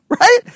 right